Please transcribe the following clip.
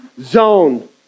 zone